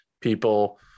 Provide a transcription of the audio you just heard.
people